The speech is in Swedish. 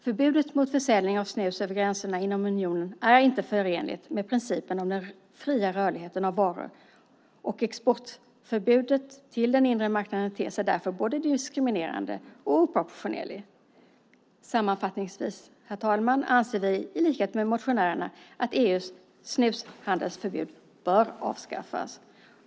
Förbudet mot försäljning av snus över gränserna inom unionen är inte förenligt med principen om den fria rörligheten av varor, och exportförbudet till den inre marknaden ter sig därför både diskriminerande och oproportionerligt. Sammanfattningsvis anser vi, i likhet med motionärerna, att EU:s snushandelsförbud bör avskaffas.